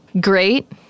great